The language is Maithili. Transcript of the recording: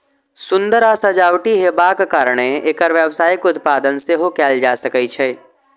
सुंदर आ सजावटी हेबाक कारणें एकर व्यावसायिक उत्पादन सेहो कैल जा सकै छै